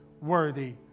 worthy